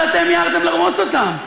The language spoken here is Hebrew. אבל אתם מיהרתם לרמוס אותם.